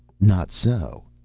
not so!